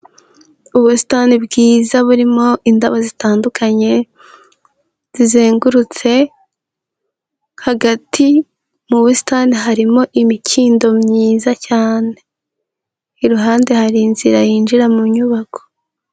Ubusitani bwiza burimo indabo zitandukanye, zizengurutse, hagati mu busitani harimo imikindo myiza cyane. Iruhande hari inzira yinjira mu nyubako.